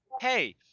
hey